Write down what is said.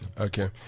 Okay